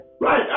Right